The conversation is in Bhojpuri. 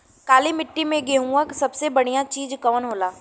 काली मिट्टी में गेहूँक सबसे बढ़िया बीज कवन होला?